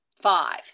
five